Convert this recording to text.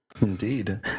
Indeed